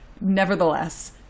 Nevertheless